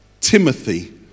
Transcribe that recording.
Timothy